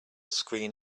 screen